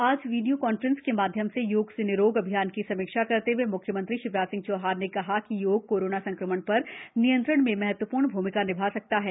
आज video conference के माध्यम से योग से निरोग अभियान की समीक्षा करते हए म्ख्यमंत्री शिवराज सिंह चौहान ने कहा कि योग कोरोना संक्रमण पर नियंत्रण में महत्वपूर्ण भूमिका निभा सकता है